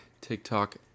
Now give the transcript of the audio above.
TikTok